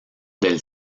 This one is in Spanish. del